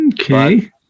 Okay